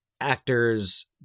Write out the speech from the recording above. actors